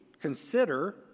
consider